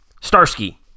Starsky